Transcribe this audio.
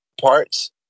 parts